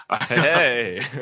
Hey